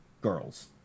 girls